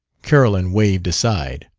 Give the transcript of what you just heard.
carolyn waved aside.